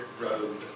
Road